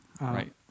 Right